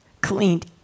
cleaned